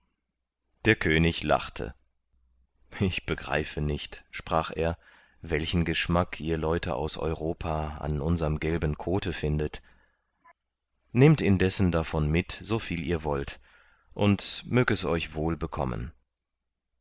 der könig lachte ich begreife nicht sprach er welchen geschmack ihr leute aus europa an unserm gelben kothe findet nehmt indessen davon mit soviel ihr wollt und mög es euch wohl bekommen